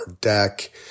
deck